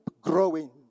growing